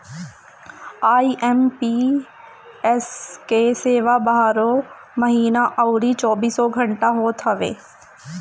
IMPS के सेवा बारहों महिना अउरी चौबीसों घंटा होत हवे